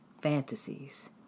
fantasies